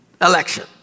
election